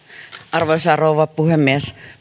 arvoisa rouva puhemies